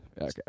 Okay